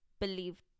believed